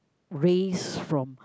raise from